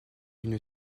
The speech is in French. une